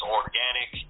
organic